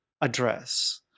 address